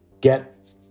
get